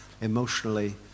emotionally